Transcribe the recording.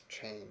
change